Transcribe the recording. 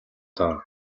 доо